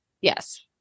yes